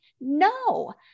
no